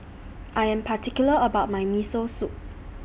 I Am particular about My Miso Soup